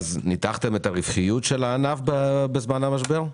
ניתחתם את הרווחיות של הענף בזמן המשבר?